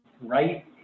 right